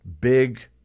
big